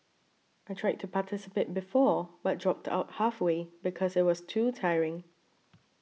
I tried to participate before but dropped out halfway because it was too tiring